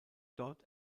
dort